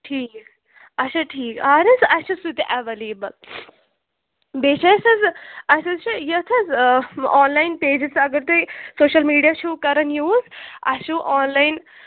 ٹھیٖک اَچھا ٹھیٖک اَہن حظ اَسہِ چھُ سُہ تہِ ایویلیبل بیٚیہِ چھِ اَسہِ حظ اَسہِ حظ چھِ یَتھ حظ آنلایَن پیٚجٕز اگر تۄہہِ سوشل میٖڈیا چھِو کَران یوٗز اَسہِ چھُو آنلایَن